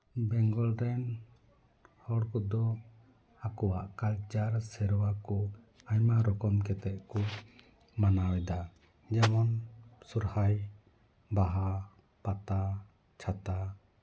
ᱵᱮᱝᱜᱚᱞ ᱨᱮᱱ ᱦᱚᱲ ᱠᱚᱫᱚ ᱟᱠᱚᱣᱟᱜ ᱠᱟᱞᱪᱟᱨ ᱥᱮᱨᱣᱟ ᱠᱚ ᱟᱭᱢᱟ ᱨᱚᱠᱚᱢ ᱠᱟᱛᱮᱫ ᱠᱚ ᱢᱟᱱᱟᱣᱮᱫᱟ ᱡᱮᱢᱚᱱ ᱥᱚᱦᱨᱟᱭ ᱵᱟᱦᱟ ᱯᱟᱛᱟ ᱪᱷᱟᱛᱟ